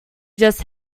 just